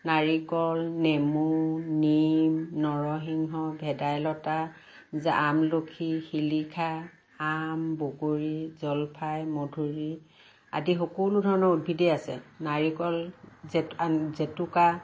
নাৰিকল নেমু নিম নৰসিংহ ভেদাইলতা আমলখি শিলিখা আম বগৰী জলফাই মধুৰি আদি সকলো ধৰণৰ উদ্ভিদেই আছে নাৰিকল জেতুকা